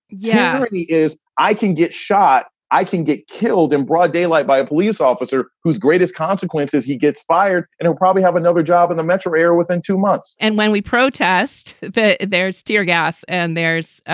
yeah, it is. i can get shot. i can get killed in broad daylight by a police officer whose greatest consequence is he gets fired and he'll probably have another job in the metro area within two months and when we protest that there's tear gas and there's.